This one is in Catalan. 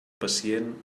pacient